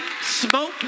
smoke